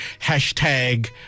hashtag